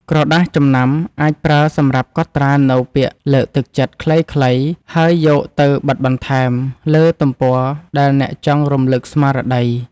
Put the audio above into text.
ក្រដាសចំណាំ អាចប្រើសម្រាប់កត់ត្រានូវពាក្យលើកទឹកចិត្តខ្លីៗ ហើយយកទៅបិទបន្ថែមលើទំព័រដែលអ្នកចង់រំលឹកស្មារតី។